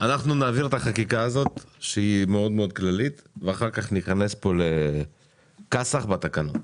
אנחנו נעביר את החקיקה הזאת שהיא מאוד כללית ואחר כך ניכנס קסאח בתקנות.